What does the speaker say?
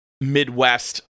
Midwest